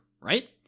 right